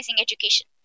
education